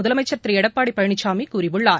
முதலமைச்சள் திரு எடப்பாடி பழனிசாமி கூறியுள்ளார்